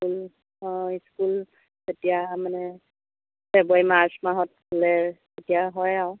school school তেতিয়া মানে February March মাহত খোলে তেতিয়া হয় আৰু